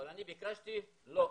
אבל אני ביקשתי לא'.